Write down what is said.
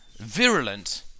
virulent